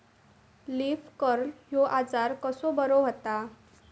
Leaf curl ह्यो आजार कसो बरो व्हता?